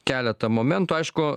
keletą momentų aišku